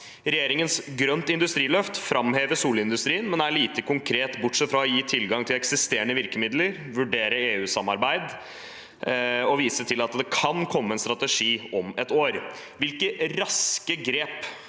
Regjeringens Grønt industriløft fremhever solindustrien, men er lite konkret, bortsett fra å gi tilgang til eksisterende virkemidler, vurdere EU-samarbeid og vise til at det kan komme en strategi om ett år. Hvilke raske grep